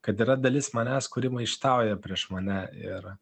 kad yra dalis manęs kuri maištauja prieš mane ir